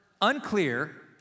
unclear